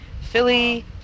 Philly